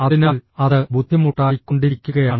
അതിനാൽ അത് ബുദ്ധിമുട്ടായിക്കൊണ്ടിരിക്കുകയാണ്